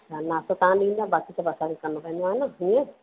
अच्छा नास्तो तव्हां ॾींदा बाक़ी सभु असांखे करिणो पवंदो है न ईअं